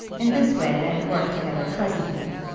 in this way they had worked together pleasantly,